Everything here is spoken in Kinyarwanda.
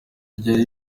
ryari